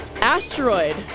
asteroid